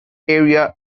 area